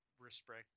respect—